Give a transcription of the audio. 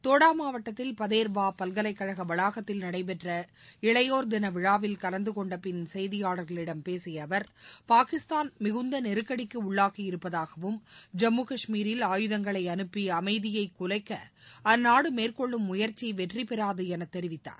தோடா மாவட்டத்தில் பதேர்வா பல்கலைக் கழக வளாகத்தில் நடைபெற்ற இளையோா்தின விழாவில் கலந்து கொண்ட பின் செய்தியாளர்களிடம் பேசிய அவர் பாகிஸ்தான் மிகுந்த நெருக்கடிக்கு உள்ளாகியிருப்பதாகவும் ஜம்மு காஷ்மீரில் ஆயுதங்களை அனுப்பி அமைதியை குலைக்க அந்நாடு மேற்கொள்ளும் முயற்சி வெற்றிபெறாது எனத் தெரிவித்தார்